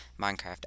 Minecraft